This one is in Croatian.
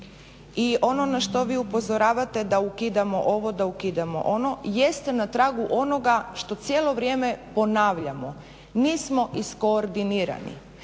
i ono na što vi upozoravate da ukidamo ovo, da ukidamo ono jeste na tragu onoga što cijelo vrijeme ponavljamo, nismo iskoordinirani.